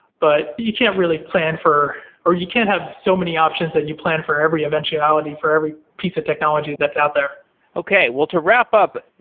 but you can't really plan for, or you can't have so many options that you plan for every eventuality, for every piece of technology that's out there okay. well, to wrap-up,